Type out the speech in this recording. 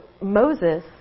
Moses